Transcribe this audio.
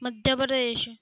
Madhya Pradesh